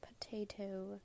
potato